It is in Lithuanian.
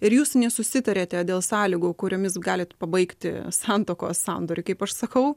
ir jūs nesusitariate dėl sąlygų kuriomis galit pabaigti santuokos sandorį kaip aš sakau